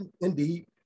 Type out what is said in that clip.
indeed